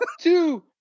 two